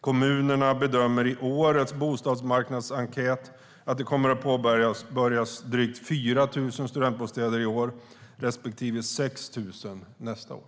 Kommunerna bedömer i årets bostadsmarknadsenkät att det kommer att påbörjas drygt 4 000 studentbostäder i år och 6 000 nästa år.